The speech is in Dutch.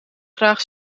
graag